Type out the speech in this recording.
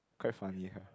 quite funny lah